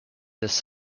this